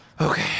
Okay